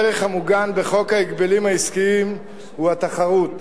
הערך המוגן בחוק ההגבלים העסקיים הוא התחרות,